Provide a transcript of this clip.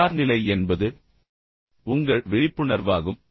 எனவே தயார்நிலை என்பது உங்கள் விழிப்புணர்வாகும்